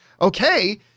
Okay